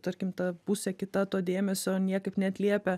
tarkim ta pusė kita to dėmesio niekaip neatliepia